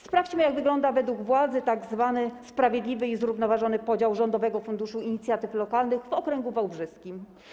Sprawdźmy jak wygląda według władzy tzw. sprawiedliwy i zrównoważony podział Rządowego Funduszu Inwestycji Lokalnych w okręgu wałbrzyskim.